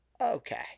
Okay